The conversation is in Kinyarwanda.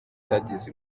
byagize